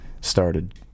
started